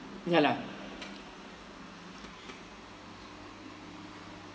ya lah